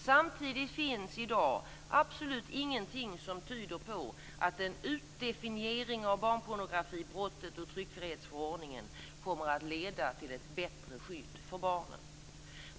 Samtidigt finns det i dag absolut ingenting som tyder på att en utdefiniering av barnpornografibrottet ur tryckfrihetsförordningen kommer att leda till ett bättre skydd för barnen.